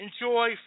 enjoy